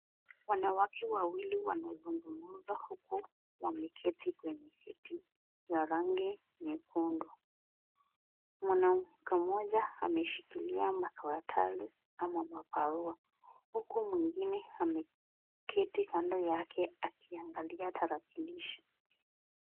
Wanawake wawili wanazungumza huku wameketi kwenye kiti ya rangi nyekundu. Mwanamke mmoja ameshikilia makaratasi ama mabarua huku mwingine ameketi kando yake akiangalia tarakilishi.